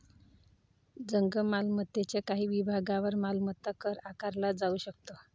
जंगम मालमत्तेच्या काही विभागांवर मालमत्ता कर आकारला जाऊ शकतो